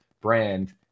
brand